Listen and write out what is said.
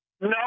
No